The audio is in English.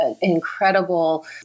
incredible